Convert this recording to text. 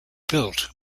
built